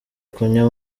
kunywa